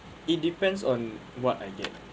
it depends on what I get